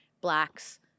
blacks